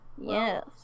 Yes